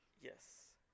yes